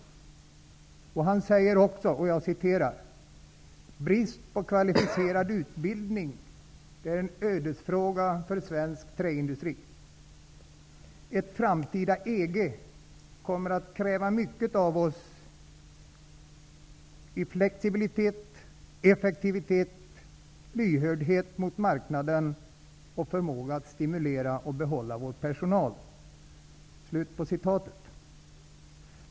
Han säger vidare: ''Brist på kvalificerad utbildning är en ödesfråga för svensk träindustri. Ett framtida EG kommer att kräva mycket av oss i flexibilitet, effektivitet, lyhördhet mot marknaden och förmåga att stimulera och behålla vår personal.''